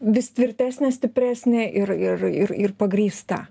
vis tvirtesnė stipresnė ir ir ir ir pagrįsta